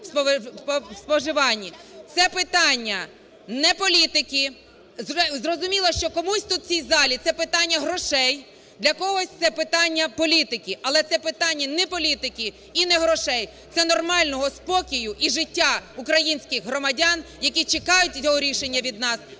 Це питання не політики. Зрозуміло, що комусь тут в цій залі це питання грошей, для когось це питання політики. Але це питання не політики і не грошей, це нормального спокою і життя українських громадян, які чекають цього рішення від нас